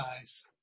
eyes